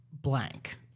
blank